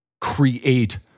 create